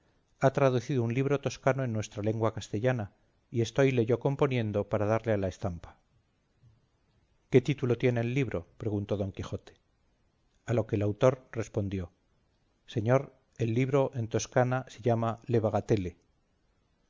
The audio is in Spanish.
ha traducido un libro toscano en nuestra lengua castellana y estoyle yo componiendo para darle a la estampa qué título tiene el libro preguntó don quijote a lo que el autor respondió señor el libro en toscano se llama le bagatele